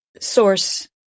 Source